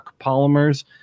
polymers